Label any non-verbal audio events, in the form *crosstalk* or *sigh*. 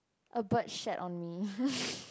a bird shat on me *laughs*